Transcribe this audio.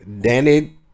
danny